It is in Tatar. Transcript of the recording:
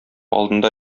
алдында